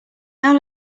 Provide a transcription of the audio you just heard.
now